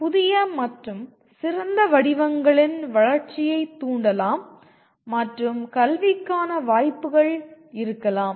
புதிய மற்றும் சிறந்த வடிவங்களின் வளர்ச்சியைத் தூண்டலாம் மற்றும் கல்விக்கான வாய்ப்புகள் இருக்கலாம்